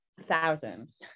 Thousands